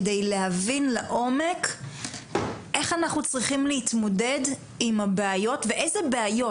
כדי להבין לעומק איך אנחנו צריכים להתמודד עם הבעיות ואיזה בעיות,